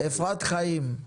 אפרת חיים,